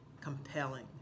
compelling